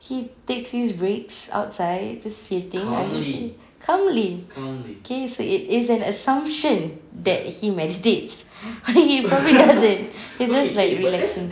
he takes his breaks outside just sitting under the tree calmly okay so it's an assumption that he meditates or he probably doesn't he just like relaxing